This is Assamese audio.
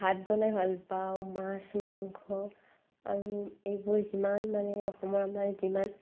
ভাত বনাই ভাল পাওঁ মাছ মাংস আৰু এইবোৰ যিমান মানে অসমৰ আমাৰ যিমান